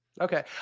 Okay